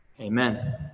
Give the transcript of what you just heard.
Amen